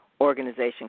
organization